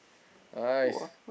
!hais!